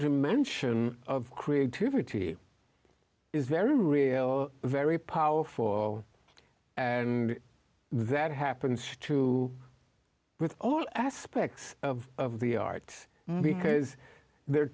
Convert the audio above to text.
dimension of creativity is very real very powerful and that happens too with all aspects of the art because there are